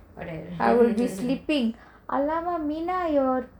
I will be sleeping !alamak! mina your